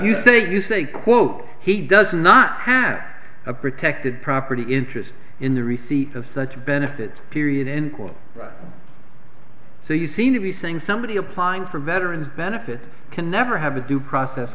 you say you say quote he does not have a protected property interest in the receipt of such benefits period end quote so you seem to be saying somebody applying for veterans benefits can never have a due process